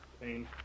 pain